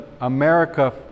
America